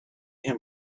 him